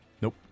Nope